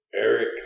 Eric